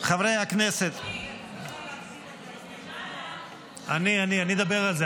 חברי הכנסת ------ למעלה --- אני אדבר על זה,